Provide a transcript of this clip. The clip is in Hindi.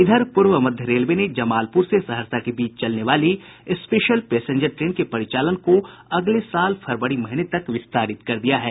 इधर पूर्व मध्य रेलवे ने जमालपुर से सहरसा के बीच चलने वाली स्पेशल पैसेंजर ट्रेन के परिचालन को अगले साल फरवरी महीने तक विस्तारित कर दिया है